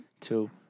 two